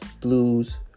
blues